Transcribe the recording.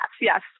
yes